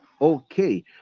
okay